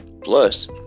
Plus